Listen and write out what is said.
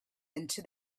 into